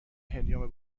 هلیوم